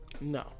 No